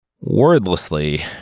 Wordlessly